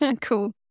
Cool